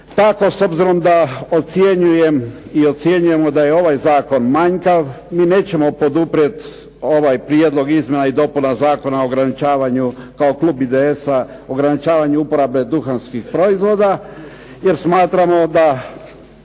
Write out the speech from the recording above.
Tako s obzirom da ocjenjujem i ocjenjujemo da je ovaj zakon manjkav. Mi nećemo poduprijet ovaj prijedlog izmjena i dopuna Zakona o ograničavanju kako klub IDS-a, o ograničavanju i uporabi duhanskih proizvoda, jer smatramo da